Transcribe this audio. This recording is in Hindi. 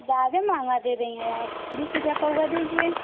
ज्यादे महंगा दे रही हैं आप बीस रुपया पौवा दीजिए